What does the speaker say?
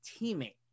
teammate